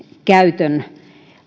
käytön